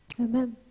Amen